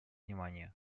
внимания